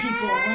people